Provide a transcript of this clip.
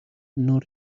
non